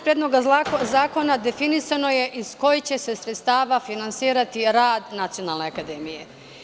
Predloga zakona definisano je iz kojih će se sredstava finansirati rad Nacionalne akademije.